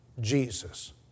Jesus